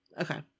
Okay